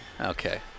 Okay